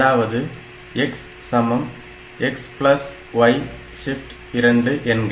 அதாவது xxy2 என்க